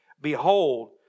Behold